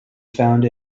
found